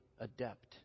adept